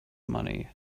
money